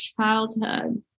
childhood